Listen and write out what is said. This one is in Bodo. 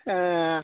ए